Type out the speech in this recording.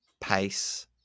pace